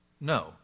no